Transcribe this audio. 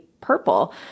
purple